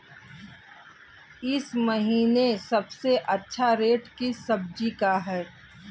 इस महीने सबसे अच्छा रेट किस सब्जी का है?